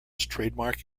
trademark